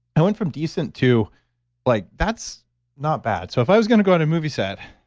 i went from decent to like that's not bad. so if i was going to go on a movie set,